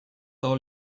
all